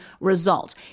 result